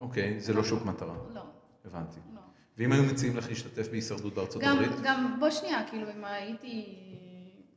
אוקיי, זה לא שוק מטרה, הבנתי. ואם היו מציעים לך להשתתף בהישרדות בארה״ב? גם, גם, בוא שנייה, כאילו אם הייתי...